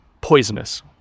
poisonous